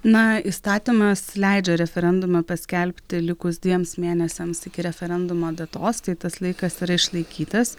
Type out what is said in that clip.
na įstatymas leidžia referendumą paskelbti likus dviems mėnesiams iki referendumo datos tai tas laikas yra išlaikytas